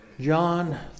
John